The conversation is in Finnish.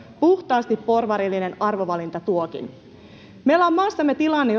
puhtaasti porvarillinen arvovalinta tuokin meillä on maassamme tilanne